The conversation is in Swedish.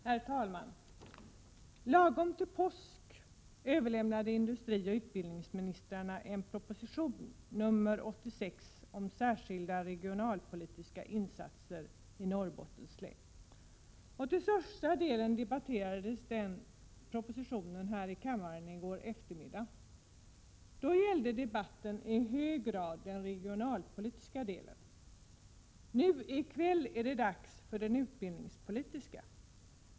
Herr talman! Lagom till påsk överlämnade industriministern och utbildningsministern en proposition, nr 86, om särskilda regionalpolitiska insatser i Norrbottens län. Till största delen debatterades propositionen här i kammaren i går eftermiddag. Då gällde debatten den regionalpolitiska delen. Nu i kväll är det dags för den utbildningspolitiska delen.